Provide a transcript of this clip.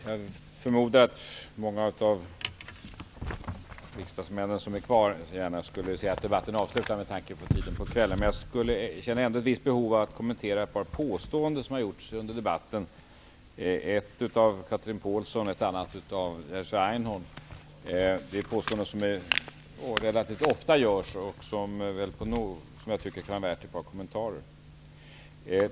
Herr talman! Jag förmodar att många av riksdagsmännen som är kvar gärna skulle se att debatten avslutades, med tanke på tiden på kvällen. Men jag känner ändå ett visst behov av att kommentera ett par påståenden som har gjorts under debatten, ett av Chatrine Pålsson och ett annat av Jerzy Einhorn. Det är påståenden som relativt ofta görs och som jag tycker kan vara värda ett par kommentarer.